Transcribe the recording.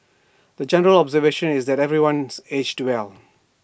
the general observation is that everyone's aged well